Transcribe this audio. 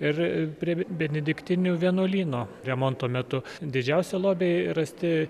ir prie benediktinių vienuolyno remonto metu didžiausi lobiai rasti